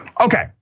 Okay